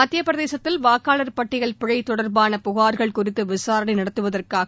மத்தியப்பிரதேசத்தில் வாக்காளர் பட்டியல் பிழை தொடர்பான புகார்கள் குறித்து விசாரணை நடத்துவதற்காக